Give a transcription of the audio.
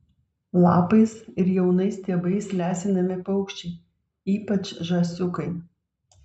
lapais ir jaunais stiebais lesinami paukščiai ypač žąsiukai